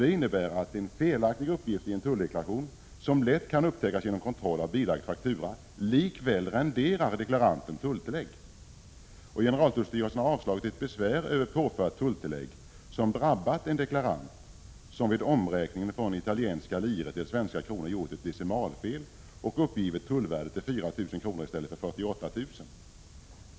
Det innebär att en felaktig uppgift i en tulldeklaration som lätt kan upptäckas genom kontroll av bilagd faktura likväl renderar deklaranten tulltillägg. Generaltullstyrelsen har avslagit ett besvär över påfört tulltillägg som drabbat en deklarant, som vid omräkningen från italienska lire till svenska kronor gjort ett decimalfel och uppgivit tullvärdet till 4 000 kr. i stället för 48 000 kr.